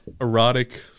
erotic